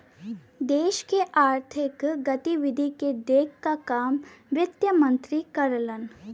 देश के आर्थिक गतिविधि के देखे क काम वित्त मंत्री करलन